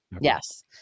Yes